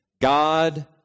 God